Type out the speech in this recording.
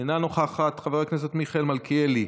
אינה נוכחת, חבר הכנסת מיכאל מלכיאלי,